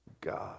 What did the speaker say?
god